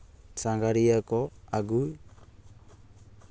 ᱥᱟᱸᱜᱷᱟᱨᱤᱭᱟᱹ ᱠᱚ ᱟᱹᱜᱩ